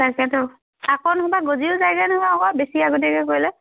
তাকেটো আকৌ নহ'বা গজিও যায়গৈ নহয় আকৌ বেছি আগতীয়াকে কৰিলে